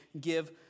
give